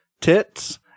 tits